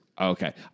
Okay